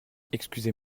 excusez